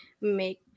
make